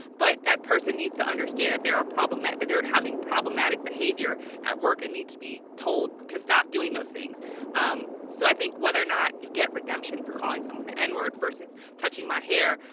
but that person needs to understand that they're a problem that that they're having problematic behavior at work and need to be told to stop doing those things um so i think whether or not you get redemption for calling someone the n-word versus touching my hair,